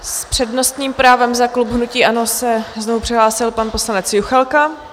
S přednostním právem za klub hnutí ANO se znovu přihlásil pan poslanec Juchelka.